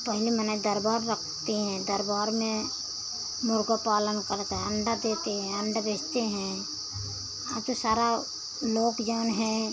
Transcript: पहले मनाई दरबार रहते हैं दरबार में मुर्गापालन करते हैं अंडा देते हैं अंडा बेचते हैं अब तो सारा लोग जौन हैं